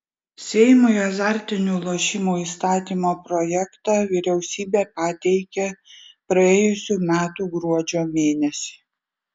seimui azartinių lošimų įstatymo projektą vyriausybė pateikė praėjusių metų gruodžio mėnesį